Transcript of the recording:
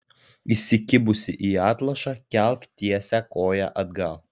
įsikibusi į atlošą kelk tiesią koją atgal